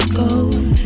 gold